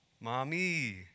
mommy